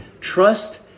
Trust